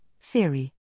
Theory